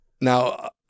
now